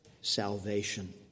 salvation